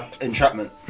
Entrapment